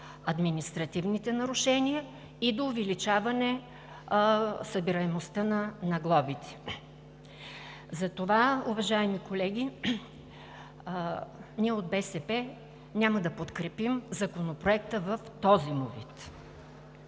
административните нарушения, и до увеличаване събираемостта на глобите. Затова, уважаеми колеги, ние от БСП няма да подкрепим Законопроекта в този му вид.